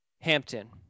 Hampton